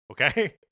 Okay